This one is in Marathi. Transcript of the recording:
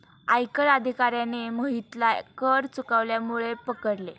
आयकर अधिकाऱ्याने मोहितला कर चुकवल्यामुळे पकडले